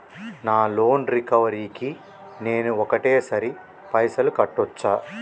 నా loan recovery కి నేను ఒకటేసరి పైసల్ కట్టొచ్చా?